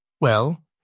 Well